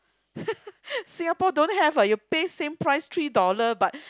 Singapore don't have ah you pay same price three dollar but